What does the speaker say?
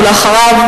ואחריו,